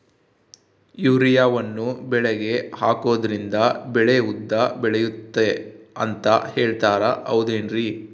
ಯೂರಿಯಾವನ್ನು ಬೆಳೆಗೆ ಹಾಕೋದ್ರಿಂದ ಬೆಳೆ ಉದ್ದ ಬೆಳೆಯುತ್ತೆ ಅಂತ ಹೇಳ್ತಾರ ಹೌದೇನ್ರಿ?